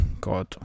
god